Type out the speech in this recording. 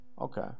okay